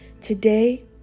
Today